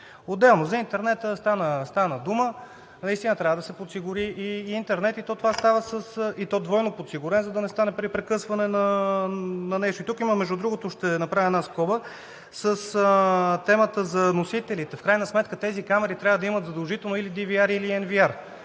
дума за интернета. Наистина трябва да се подсигури и интернет, и то двойно подсигурен, за да не стане прекъсване на нещо. Тук, между другото, ще направя една скоба с темата за носителите. В крайна сметка тези камери трябва да имат задължително или DVR или NVR.